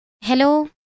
hello